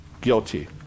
guilty